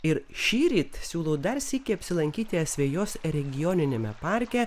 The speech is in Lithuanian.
ir šįryt siūlau dar sykį apsilankyti asvejos regioniniame parke